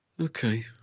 Okay